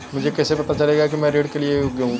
मुझे कैसे पता चलेगा कि मैं ऋण के लिए योग्य हूँ?